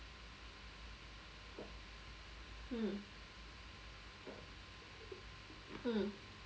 mm mm